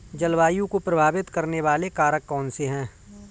जलवायु को प्रभावित करने वाले कारक कौनसे हैं?